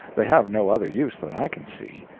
they have no other use that i can see,